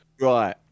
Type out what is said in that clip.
Right